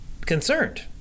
concerned